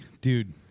dude